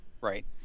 right